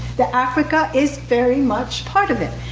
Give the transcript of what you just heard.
that africa is very much part of it.